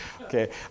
Okay